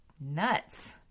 nuts